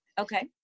Okay